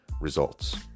results